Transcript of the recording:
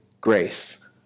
grace